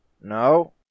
No